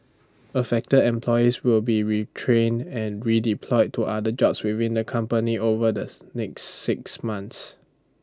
affected employees will be retrained and redeployed to other jobs within the company over this next six months